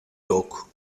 yok